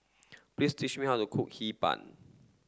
please teach me how to cook Hee Pan